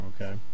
Okay